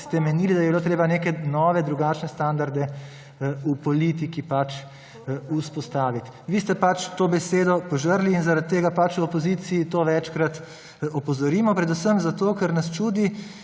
da bi bilo treba neke nove, drugačne standarde v politiki vzpostaviti. Vi ste to besedo požrli in zaradi tega v opoziciji na to večkrat opozorimo. Predvsem zato, ker nas čudi,